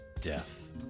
Death